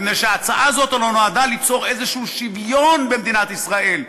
מפני שההצעה הזו הלוא נועדה ליצור איזשהו שוויון במדינת ישראל,